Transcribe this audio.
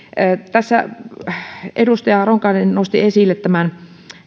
tässä edustaja ronkainen nosti esille tämän